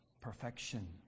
perfection